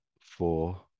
four